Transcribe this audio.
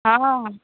हँ